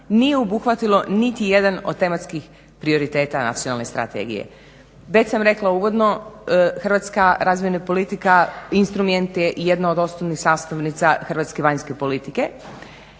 nije obuhvatilo niti jedan od tematskih prioriteta Nacionalne strategije. Već sam rekla uvodno Hrvatska razvojna politika instrument je jedno od osnovnih sastavnica hrvatske vanjske politike